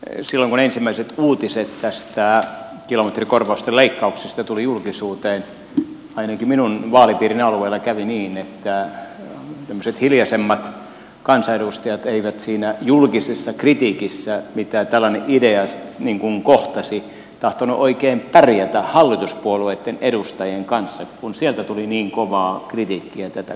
silloin kun ensimmäiset uutiset kilometrikorvausten leikkauksista tulivat julkisuuteen ainakin minun vaalipiirini alueella kävi niin että tämmöiset hiljaisemmat kansanedustajat eivät siinä julkisessa kritiikissä mitä tällainen idea kohtasi tahtoneet oikein pärjätä hallituspuolueitten edustajien kanssa kun sieltä tuli niin kovaa kritiikkiä tätä kohtaan